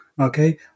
Okay